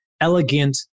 elegant